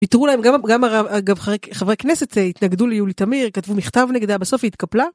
גם חברי כנסת התנגדו ליולי תמיר כתבו מכתב נגדה בסוף התקפלה